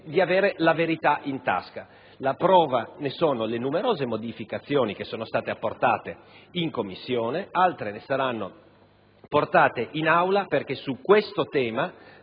la verità in tasca.